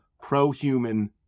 pro-human